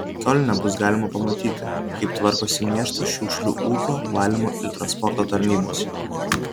kiolne bus galima pamatyti kaip tvarkosi miesto šiukšlių ūkio valymo ir transporto tarnybos